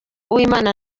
uwimana